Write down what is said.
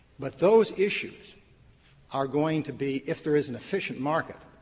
but those issues are going to be, if there is an efficient market,